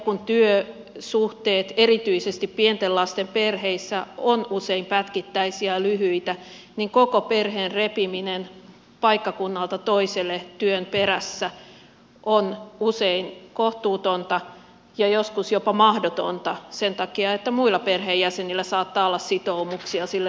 kun työsuhteet erityisesti pienten lasten perheissä ovat usein pätkittäisiä ja lyhyitä niin koko perheen repiminen paikkakunnalta toiselle työn perässä on usein kohtuutonta ja joskus jopa mahdotonta sen takia että muilla perheenjäsenillä saattaa olla sitoumuksia sille lähtöpaikkakunnalle